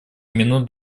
минут